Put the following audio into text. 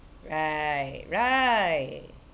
right right